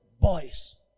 Boys